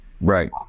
right